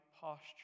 posture